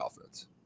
offense